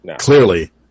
Clearly